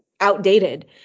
outdated